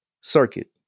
circuit